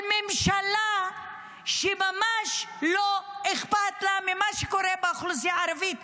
ממשלה שממש לא אכפת לה ממה שקורה באוכלוסייה הערבית.